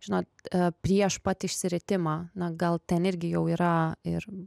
žinot prieš pat išsiritimą na gal ten irgi jau yra ir